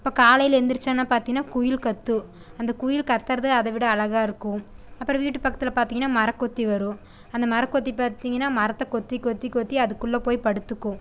இப்போ காலையில் எழுந்துருச்சோன பார்த்திங்கனா குயில் கத்தும் அந்த குயில் கத்துறது அதை விட அழகாக இருக்கும் அப்பறம் வீட்டு பக்கத்தில் பார்த்திங்கனா மரங்கொத்தி வரும் அந்த மரங்கொத்தி பார்த்திங்கனா மரத்தை கொத்தி கொத்தி கொத்தி அதுக்குள்ளே போய் படுத்துக்கும்